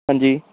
ਹਾਂਜੀ